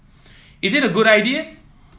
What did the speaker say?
is it a good idea